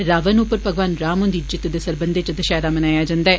रावण उप्पर भगवान राम हुन्दी जित्त दे सरबंधै च दशैहरा मनाया जन्दा ऐ